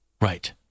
Right